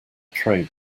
tray